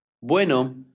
Bueno